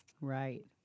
Right